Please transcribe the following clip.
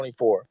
24